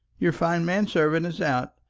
your fine man-servant is out,